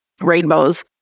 rainbows